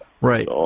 right